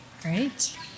Great